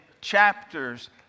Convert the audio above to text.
chapters